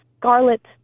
scarlet